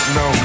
no